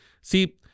see